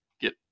get